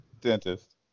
Dentist